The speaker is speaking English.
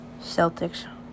Celtics